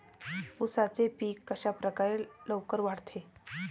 उसाचे पीक कशाप्रकारे लवकर वाढते?